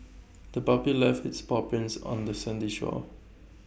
the puppy left its paw prints on the sandy shore